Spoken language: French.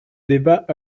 débat